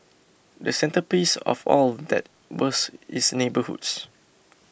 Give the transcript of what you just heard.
the centrepiece of all that was its neighbourhoods